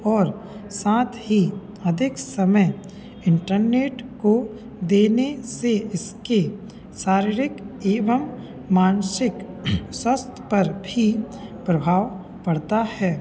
और साथ ही अधिक समय इंटरनेट को देने से इसके शारीरिक एवं मानसिक स्वास्थ्य पर भी प्रभाव पड़ता है